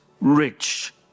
rich